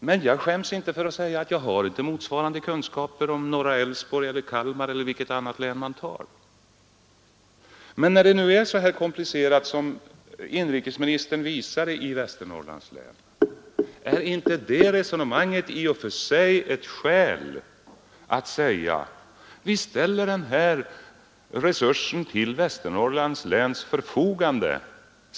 Men jag skäms inte för att tillstå att jag inte har motsvarande kunskaper om norra Älvsborgs eller Kalmar län eller vilket annat län man tar. När det nu är så komplicerat i Västernorrland som inrikesministern visade, är inte det resonemanget i och för sig ett skäl att säga: Vi ställer den här resursen till Västernorrlands läns förfogande?